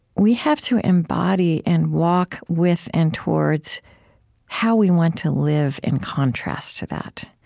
we have to embody and walk with and towards how we want to live in contrast to that,